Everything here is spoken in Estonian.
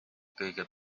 kõige